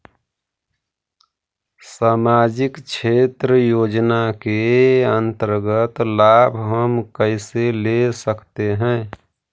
समाजिक क्षेत्र योजना के अंतर्गत लाभ हम कैसे ले सकतें हैं?